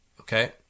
Okay